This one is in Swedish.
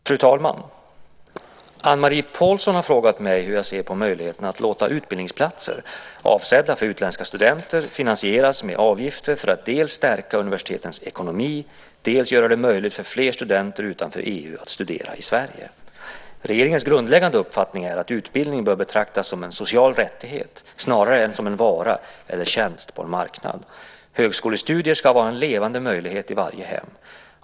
Fru talman! Anne-Marie Pålsson har frågat mig hur jag ser på möjligheten att låta utbildningsplatser, avsedda för utländska studenter, finansieras med avgifter för att dels stärka universitetens ekonomi, dels göra det möjligt för fler studenter utanför EU att studera i Sverige. Regeringens grundläggande uppfattning är att utbildning bör betraktas som en social rättighet snarare än som en vara eller tjänst på en marknad. Högskolestudier ska vara en levande möjlighet i varje hem.